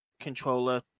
controller